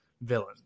villain